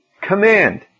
command